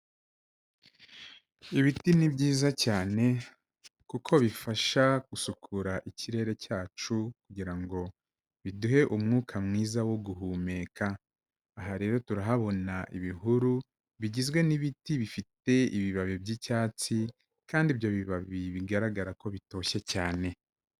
Ibiti ni byiza cyane kuko bifasha gusukura ikirere cyacu kugira ngo biduhe umwuka mwiza wo guhumeka, aha rero turahabona ibihuru bigizwe n'ibiti bifite ibibabi by'icyatsi kandi ibyo bibabi bigaragara ko bitoshye cyane.